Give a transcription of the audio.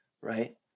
right